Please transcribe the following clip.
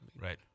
Right